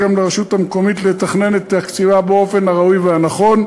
גם לרשות המקומית לתכנן את תקציבה באופן הראוי והנכון.